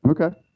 Okay